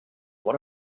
one